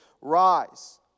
rise